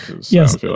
Yes